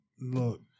look